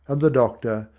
and the doctor,